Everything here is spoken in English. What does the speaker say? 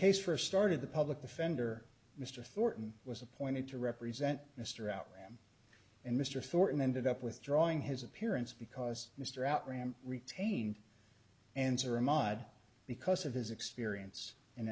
case for started the public defender mr thorton was appointed to represent mr out rahm and mr thornton ended up withdrawing his appearance because mr outram retained answer imaad because of his experience in